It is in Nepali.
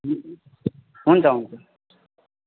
हुन्छ हुन्छ